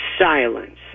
silence